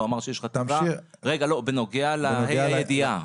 בנוגע לה' הידיעה.